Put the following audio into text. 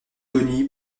tony